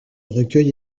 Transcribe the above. recueil